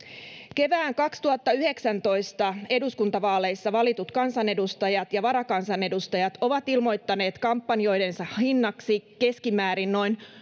kevään kaksituhattayhdeksäntoista eduskuntavaaleissa valitut kansanedustajat ja varakansanedustajat ovat ilmoittaneet kampanjoidensa hinnaksi keskimäärin noin